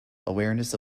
awareness